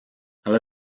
ale